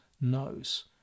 knows